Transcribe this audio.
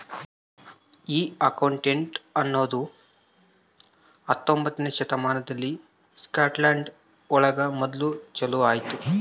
ಈ ಅಕೌಂಟಿಂಗ್ ಅನ್ನೋದು ಹತ್ತೊಂಬೊತ್ನೆ ಶತಮಾನದಲ್ಲಿ ಸ್ಕಾಟ್ಲ್ಯಾಂಡ್ ಒಳಗ ಮೊದ್ಲು ಚಾಲೂ ಆಯ್ತು